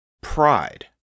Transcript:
pride